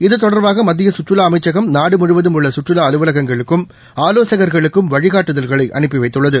இது தொடர்பாக மத்திய கற்றுலா அமைச்சகம் நாடு முழுதும் உள்ள சுற்றுலா அலுவலகங்களுக்கும் ஆலோசகர்களுக்கும் வழிகாட்டுதல்களை அனுப்பி வைத்துள்ளது